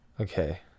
Okay